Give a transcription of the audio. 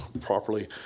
properly